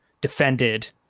defended